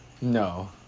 No